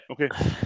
Okay